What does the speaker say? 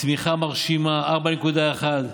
צמיחה מרשימה, 4.1,